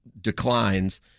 declines